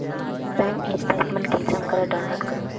Bank statement कुंसम करे download करूम?